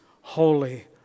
holy